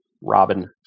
Robin